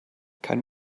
kein